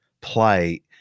play